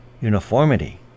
uniformity